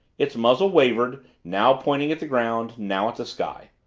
its muzzle wavered, now pointing at the ground, now at the sky.